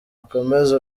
akomeze